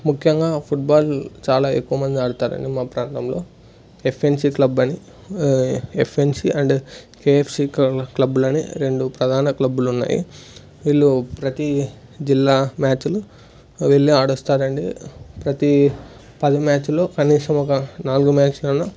ముఖ్యంగా ఫుట్బాల్ చాలా ఎక్కువ మంది ఆడతారండి మా ప్రాంతంలో ఎఫ్ఎన్సి క్లబ్బ అని ఎఫ్ఎన్సి అండ్ కేఎఫ్సి క్లబ్బులని రెండు ప్రధాన క్లబ్బులు ఉన్నాయి వీళ్ళు ప్రతి జిల్లా మ్యాచ్లు వెళ్ళి ఆడోస్తారండి ప్రతి పది మ్యాచ్లో కనీసం ఒక నాలుగు మ్యాచ్లు అన్న